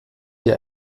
hier